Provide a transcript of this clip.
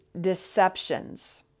deceptions